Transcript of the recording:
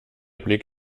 blick